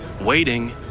Waiting